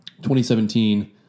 2017